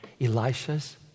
Elisha's